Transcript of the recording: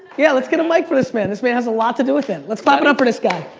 yeah, let's get a mic like for this man, this man has a lot to do with it. let's clap it up for this guy.